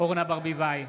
אורנה ברביבאי,